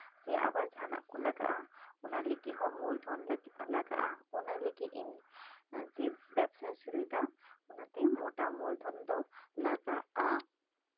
ᱥᱮ ᱟᱵᱟᱨ ᱡᱟᱦᱟᱱᱟᱜ ᱠᱚ ᱞᱟᱜᱟᱜᱼᱟ ᱚᱱᱟ ᱞᱟᱹᱜᱤᱫ ᱦᱚᱸ ᱢᱩᱞᱫᱷᱚᱱ ᱞᱟᱜᱟᱜᱼᱟ ᱚᱱᱟ ᱡᱮ ᱤᱧ ᱵᱮᱵᱥᱟᱧ ᱥᱩᱨᱩᱭᱮᱫᱟ ᱚᱱᱟᱛᱮ ᱢᱳᱴᱟ ᱢᱩᱞᱫᱷᱚᱱ ᱫᱚ ᱞᱟᱜᱟᱜᱼᱟ